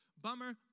Bummer